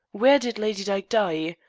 where did lady dyke die?